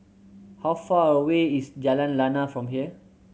how far away is Jalan Lana from here